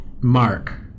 Mark